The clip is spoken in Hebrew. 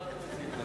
מה אתה מציע?